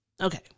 Okay